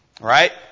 Right